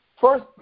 first